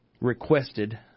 requested